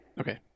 okay